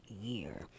year